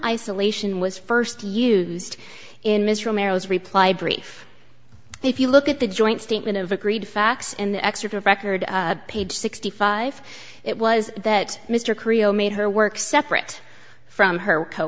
isolation was first used in this romero's reply brief if you look at the joint statement of agreed facts in the excerpt of record page sixty five it was that mr creole made her work separate from her co